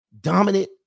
dominant